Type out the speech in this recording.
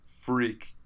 freak